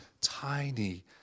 tiny